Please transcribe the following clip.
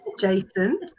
Jason